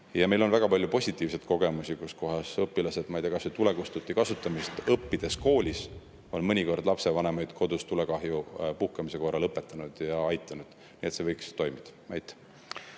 Meil on väga palju positiivseid kogemusi. [Näiteks] õpilased, [kes on] tulekustuti kasutamist õppinud koolis, on mõnikord lapsevanemaid kodus tulekahju puhkemise korral õpetanud ja aidanud. Nii et see võiks toimida. Aitäh,